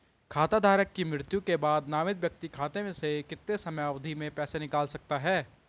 खाता धारक की मृत्यु के बाद नामित व्यक्ति खाते से कितने समयावधि में पैसे निकाल सकता है?